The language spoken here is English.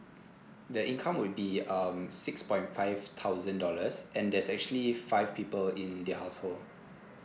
the income will be um six point five thousand dollars and there's actually five people in the household